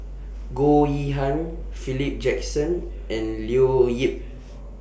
Goh Yihan Philip Jackson and Leo Yip